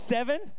Seven